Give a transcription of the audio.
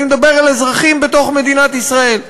אני מדבר על אזרחים בתוך מדינת ישראל,